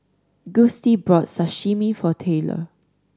Gustie brought Sashimi for Taylor